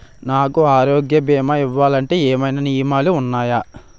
నాకు ఆరోగ్య భీమా ఇవ్వాలంటే ఏమైనా నియమాలు వున్నాయా?